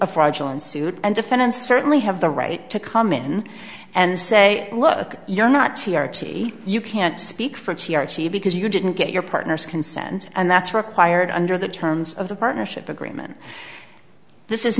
a fraudulent suit and defendant certainly have the right to come in and say look you're not t r t you can't speak for t r t because you didn't get your partner's consent and that's required under the terms of the partnership agreement this is